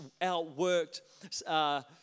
outworked